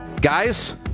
Guys